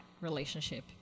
relationship